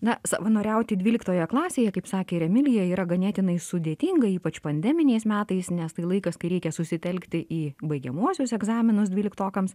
na savanoriauti dvyliktoje klasėje kaip sakė ir emilija yra ganėtinai sudėtinga ypač pandeminiais metais nes tai laikas kai reikia susitelkti į baigiamuosius egzaminus dvyliktokams